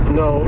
no